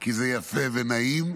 כי זה יפה ונעים,